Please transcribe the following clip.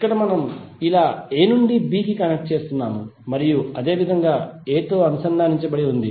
ఇక్కడ మనం ఇలా a నుండి b కి కనెక్ట్ చేస్తున్నాము మరియు అదేవిధంగా a తో అనుసంధానించబడి ఉంది